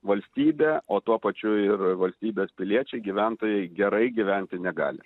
valstybė o tuo pačiu ir valstybės piliečiai gyventojai gerai gyventi negali